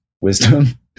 wisdom